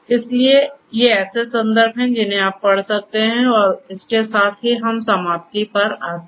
इसलिए ये ऐसे संदर्भ हैं जिनसे आप पढ़ सकते हैं और इसके साथ ही हम समाप्ति पर आते हैं